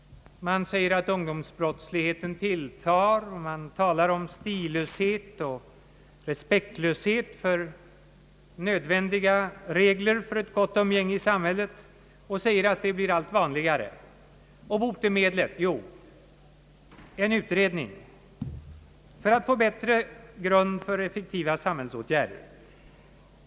Man säger att ungdomsbrottsligheten tilltar, man talar om att stillöshet och respektlöshet för nödvändiga regler för ett gott umgänge i samhället tycks bli allt vanligare. Och botemedlet? Jo, en utredning för att få bättre grund för effektiva samhällsåtgärder.